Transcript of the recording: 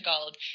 gold